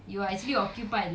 ya that's why